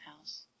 house